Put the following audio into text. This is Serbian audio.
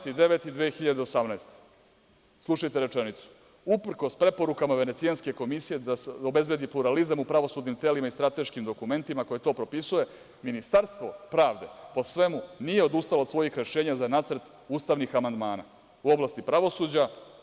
Dana, 12. septembra 2018. godine, slušajte rečenicu - uprkos preporukama Venecijanske komisije da se obezbedi pluralizam u pravosudnim telima i strateškim dokumentima koji to propisuju, Ministarstvo pravde, po svemu, nije odustalo od svojih rešenja za nacrt ustavnih amandmana u oblasti pravosuđa.